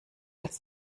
als